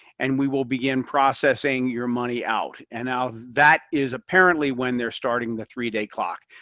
and we will begin processing your money out. and now that is apparently when they're starting the three day clock.